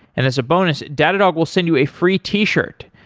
and as a bonus, datadog will send you a free t-shirt.